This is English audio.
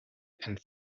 and